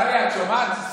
טלי, את שומעת?